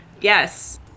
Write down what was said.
Yes